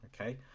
Okay